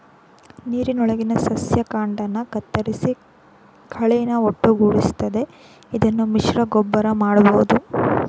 ನೀರೊಳಗಿನ ಸಸ್ಯ ಕಾಂಡನ ಕತ್ತರಿಸಿ ಕಳೆನ ಒಟ್ಟುಗೂಡಿಸ್ತದೆ ಇದನ್ನು ಮಿಶ್ರಗೊಬ್ಬರ ಮಾಡ್ಬೋದು